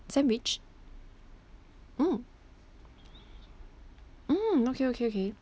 sandwich mm mm okay okay okay